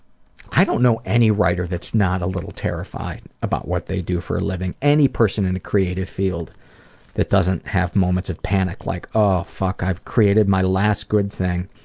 i don't know any writer that's not a little terrified about what they do for a living. any person in the creative field that doesn't have moments of panic like oh fuck i've created my last good thing,